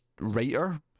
writer